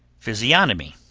physiognomy.